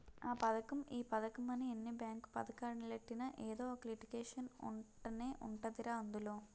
ఆ పదకం ఈ పదకమని ఎన్ని బేంకు పదకాలెట్టినా ఎదో ఒక లిటికేషన్ ఉంటనే ఉంటదిరా అందులో